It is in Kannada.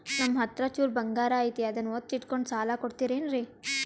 ನಮ್ಮಹತ್ರ ಚೂರು ಬಂಗಾರ ಐತಿ ಅದನ್ನ ಒತ್ತಿ ಇಟ್ಕೊಂಡು ಸಾಲ ಕೊಡ್ತಿರೇನ್ರಿ?